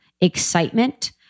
excitement